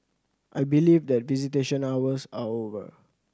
I believe that visitation hours are over